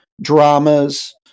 dramas